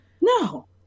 No